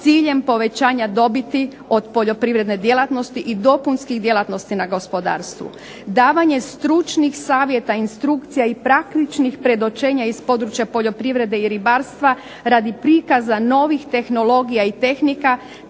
ciljem povećanja dobiti od poljoprivredne djelatnosti i dopunskih djelatnosti na gospodarstvu. Davanje stručnih savjeta, instrukcija i praktičnih predočenja iz područja poljoprivrede i ribarstva radi prikaza novih tehnologija i tehnika,